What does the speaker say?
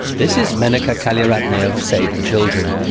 this is menaca calyaneratne of save the children.